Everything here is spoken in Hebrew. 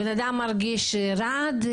בן אדם מרגיש רעד,